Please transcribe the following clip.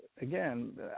again